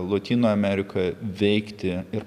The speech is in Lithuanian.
lotynų amerika veikti ir